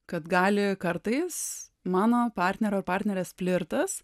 kad gali kartais mano partnerio ar partnerės flirtas